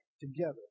together